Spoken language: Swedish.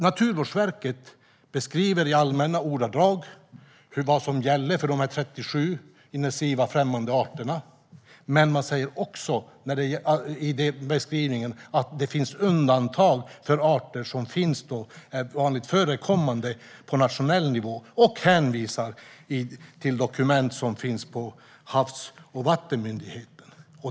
Naturvårdsverket beskriver i allmänna ordalag vad som gäller för de 37 invasiva främmande arterna, men man säger också att det finns undantag för arter som är vanligt förekommande på nationell nivå och hänvisar till dokument som finns hos Havs och vattenmyndigheten.